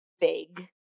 big